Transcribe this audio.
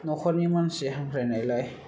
नखरनि मानसि हांख्रायनायलाय